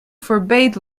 forbade